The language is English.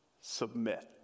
submit